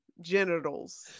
genitals